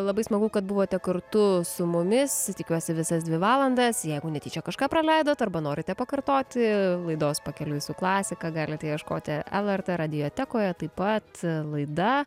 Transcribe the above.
labai smagu kad buvote kartu su mumis tikiuosi visas dvi valandas jeigu netyčia kažką praleidot arba norite pakartoti laidos pakeliui su klasika galite ieškoti lrt radiotekoje taip pat laida